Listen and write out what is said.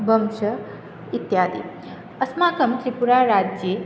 वंशम् इत्यादि अस्माकं त्रिपुराराज्ये